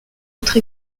autre